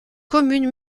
commune